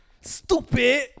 Stupid